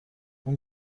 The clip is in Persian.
اون